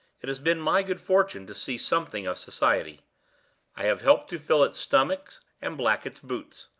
it has been my good fortune to see something of society i have helped to fill its stomach and black its boots.